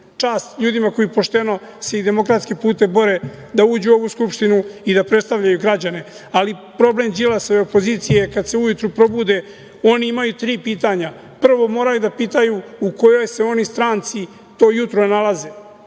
čast ljudima koji se pošteno i demokratskim putem bore da uđu u ovu Skupštinu i da predstavljaju građane, ali problem Đilasove opozicije je kada se ujutru probude oni imaju tri pitanja. Prvo moraju da pitaju u kojoj se oni stranci to jutro nalaze,